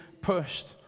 pushed